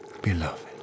beloved